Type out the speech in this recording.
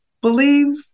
believe